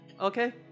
okay